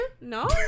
No